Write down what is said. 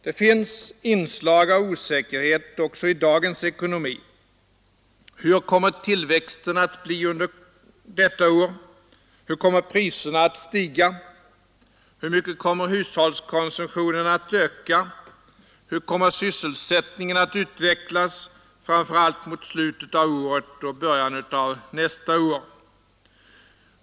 Det finns inslag av osäkerhet också i dagens ekonomi. Hur kommer tillväxten att bli under detta år? Hur kommer priserna att stiga? Hur mycket kommer hushållskonsumtionen att öka? Hur kommer sysselsättningen att utvecklas, framför allt mot slutet av året och början av nästa år?